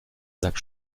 sack